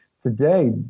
today